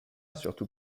surtout